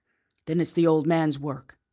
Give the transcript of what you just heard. then it's the old man's work,